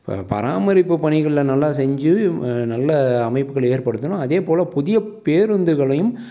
ப பராமரிப்பு பணிகளில் நல்லா செஞ்சு நல்ல அமைப்புகள் ஏற்படுத்தணும் அதே போல புதிய பேருந்துகளையும்